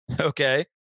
okay